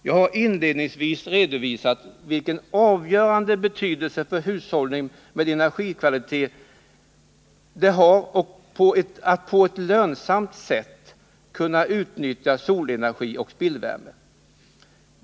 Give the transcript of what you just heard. Jag har inledningsvis redovisat vilken avgörande betydelse hushållning med energikvalitet har för att på ett lönsamt sätt kunna utnyttja t.ex. solenergi och spillvärme.